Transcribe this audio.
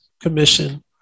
commission